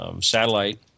satellite